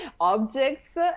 objects